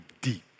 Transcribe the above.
deep